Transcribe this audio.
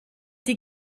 die